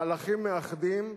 מהלכים מאחדים,